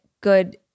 good